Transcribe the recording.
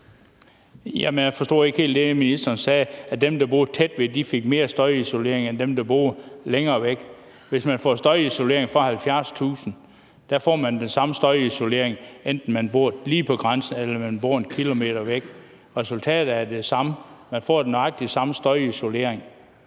jeg forstod ikke helt det, ministeren sagde, altså det med, at dem, der boede tæt ved det, fik mere støjisolering end dem, der boede længere væk. Hvis man får støjisolering for 70.000 kr., får man den samme støjisolering, hvad enten man bor lige på grænsen eller bor 1 km væk. Resultatet er det samme. Man får nøjagtig den samme støjisolering